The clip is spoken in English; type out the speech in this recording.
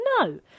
No